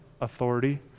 authority